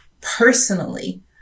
personally